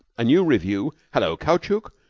a new revue, hullo, caoutchouc,